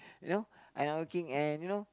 you know you know I'm not working and